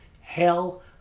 hell